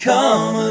Come